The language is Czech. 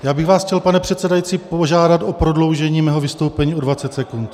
Já bych vás chtěl, pane předsedající, požádat o prodloužení mého vystoupení o 20 sekund.